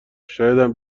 شایدم